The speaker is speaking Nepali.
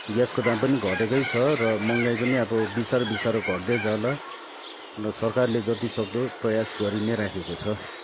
ग्यासको दाम पनि घटेकै छ र महँगाई पनि अब बिस्तारो बिस्तारो घट्दै जाला र सरकारले जतिसक्दो प्रयास गरिनै राखेको छ